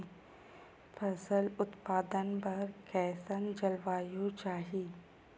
फसल उत्पादन बर कैसन जलवायु चाही?